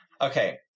Okay